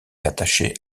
attachée